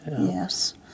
Yes